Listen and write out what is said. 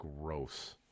Gross